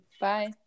Bye